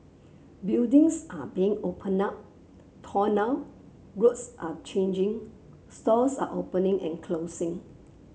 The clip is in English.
buildings are being opened up torn down roads are changing stores are opening and closing